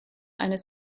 eines